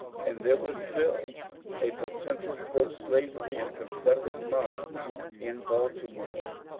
and there was still a potential proslavery and confederate mob in baltimore,